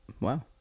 Wow